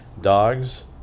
Dogs